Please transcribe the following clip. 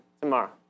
tomorrow